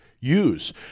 use